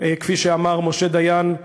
כפי שאמר משה דיין,